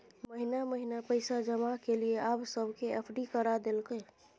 महिना महिना पैसा जमा केलियै आब सबके एफ.डी करा देलकै